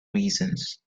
reasons